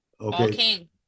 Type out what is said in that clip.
okay